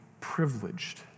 privileged